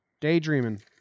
Daydreaming